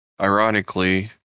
Ironically